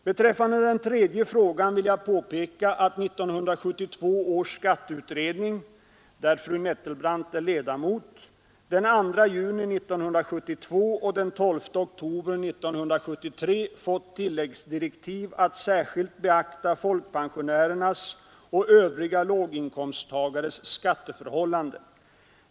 Beträffande den tredje frågan vill jag påpeka att 1972 års skatteutredning — där fru Nettelbrandt är ledamot — den 2 juni 1972 och den 12 oktober 1973 fått tilläggsdirektiv att särskilt beakta folkpensionärernas och övriga låginkomsttagares skatteförhållanden.